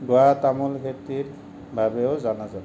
গোৱা তামোল খেতিৰ বাবেও জনাজাত